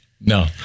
No